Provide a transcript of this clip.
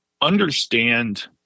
understand